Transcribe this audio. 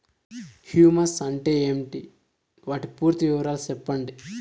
Humus అంటే ఏంటి? వాటి పూర్తి వివరాలు సెప్పండి?